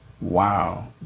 Wow